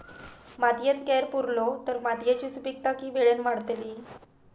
मातयेत कैर पुरलो तर मातयेची सुपीकता की वेळेन वाडतली?